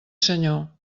senyor